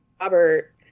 Robert